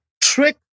trick